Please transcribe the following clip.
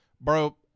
Bro